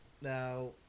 Now